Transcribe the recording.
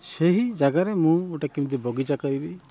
ସେହି ଜାଗାରେ ମୁଁ ଗୋଟେ କେମିତି ବଗିଚା କରିବି